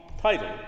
title